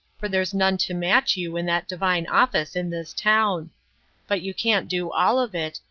for there's none to match you in that divine office in this town but you can't do all of it,